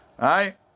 Right